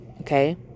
okay